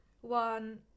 one